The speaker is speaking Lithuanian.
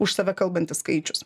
už save kalbantis skaičius